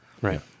Right